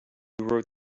wrote